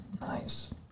Nice